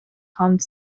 hunt